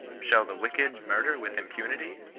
shall the wicked murder with impunity